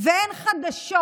ואין חדשות?